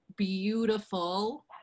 beautiful